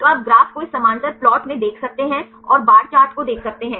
तो आप ग्राफ को इस समानांतर प्लाट में देख सकते हैं और बार चार्ट को देख सकते हैं